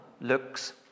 looks